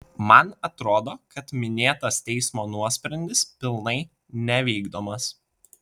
man atrodo kad minėtas teismo nuosprendis pilnai nevykdomas